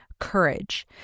Courage